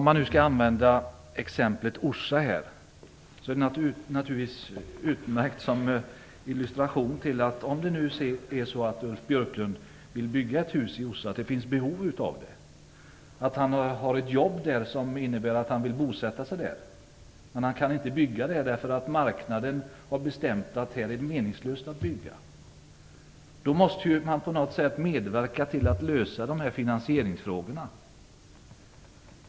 Herr talman! Exemplet Orsa är naturligtvis utmärkt som illustration till vad som sker om Ulf Björklund vill bygga ett hus där. Det finns behov av det, han har ett jobb där och vill bosätta sig där, men han kan inte bygga, därför att marknaden har bestämt att där är det meningslöst att bygga. Då måste vi ju på något sätt medverka till att lösa finansieringsfrågorna.